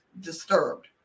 disturbed